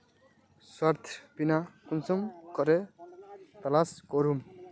स्वास्थ्य बीमा कुंसम करे तलाश करूम?